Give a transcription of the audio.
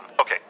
okay